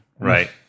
Right